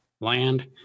land